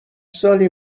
سالی